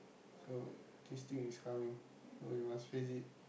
so this thing is coming so you must face it